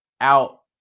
out